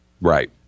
Right